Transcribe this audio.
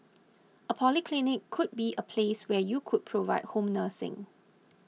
a polyclinic could be a place where you could provide home nursing